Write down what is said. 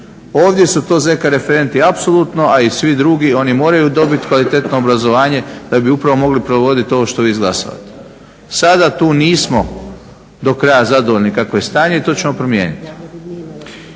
Ovdje su to ZK referenti apsolutno, a i svi drugi, oni moraju dobit kvalitetno obrazovanje da bi upravo mogli provodit ovo što vi izglasavate. Sada tu nismo do kraja zadovoljni kakvo je stanje i to ćemo promijeniti.